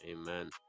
amen